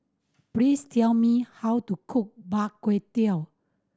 please tell me how to cook Bak Kut Teh